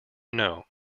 know